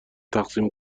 تقسیم